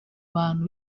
bantu